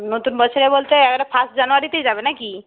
নতুন বছরে বলতে একেবারে ফার্স্ট জানোয়ারিতেই যাবে না কি